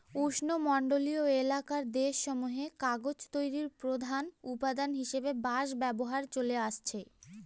উষ্ণমন্ডলীয় এলাকার দেশসমূহে কাগজ তৈরির প্রধান উপাদান হিসাবে বাঁশ ব্যবহার চলে আসছে